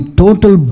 total